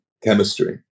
chemistry